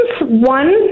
One